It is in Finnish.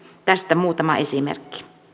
tästä muutama esimerkki